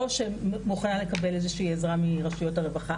או שמוכנה לקבל איזושהי עזרה מרשויות הרווחה.